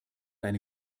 eine